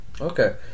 okay